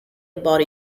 about